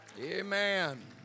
Amen